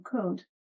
code